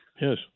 Yes